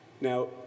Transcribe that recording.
Now